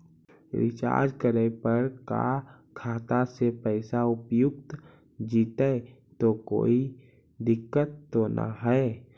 Recharge करे पर का खाता से पैसा उपयुक्त जितै तो कोई दिक्कत तो ना है?